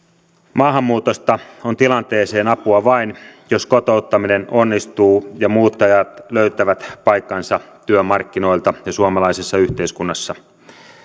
maahanmuutosta on tilanteeseen apua vain jos kotouttaminen onnistuu ja muuttajat löytävät paikkansa työmarkkinoilta ja suomalaisessa yhteiskunnassa